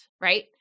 right